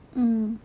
mm